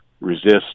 resist